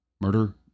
Murder